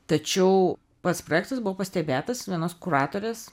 tačiau pats projektas buvo pastebėtas vienas kuratorius